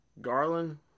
garland